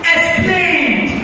Explained